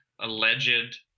alleged